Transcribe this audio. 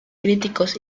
críticos